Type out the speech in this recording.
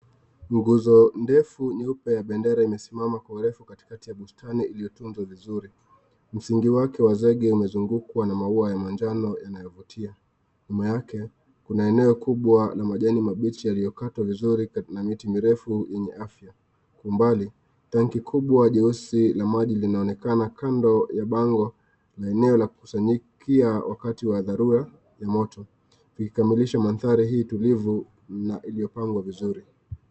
Mguzo ndefu mweupe wa bendera umesimama kwa urefu katikati ya bustani iliyotunzwa vizuri. Msingi wake wa zege umezungukwa na maua ya manjano yanayovutia. Nyuma yake, kuna eneo kubwa la majani mabichi yaliyokatwa vizuri na miti mirefu yenye afya. Kwa umbali, tanki kubwa jeusi la maji linaonekana kando ya bango la eneo la kukusanyikia wakati wa dharura ya moto, vikikamilisha mandhari hii tulivu na iliyopangwa vizuri.